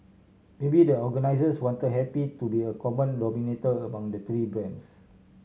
maybe the organisers wanted happy to be a common denominator among the three bands